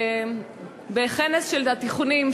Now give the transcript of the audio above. בכנס של התיכונים,